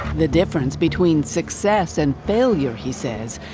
the difference between success and failure, he says,